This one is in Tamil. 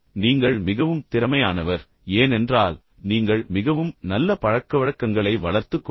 நீங்கள் மிகவும் திறமையானவர் ஏனென்றால் நீங்கள் மிகவும் நல்ல பழக்கவழக்கங்களை வளர்த்துக் கொண்டீர்கள்